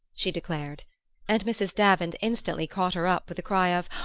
she declared and mrs. davant instantly caught her up with a cry of,